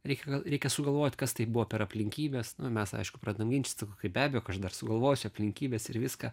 reikia gal reikia sugalvoti kas tai buvo per aplinkybės nu mes aišku pradedam ginčytis be abejo dar sugalvosiu aplinkybes ir viską